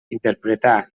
interpretar